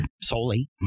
solely